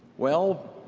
well,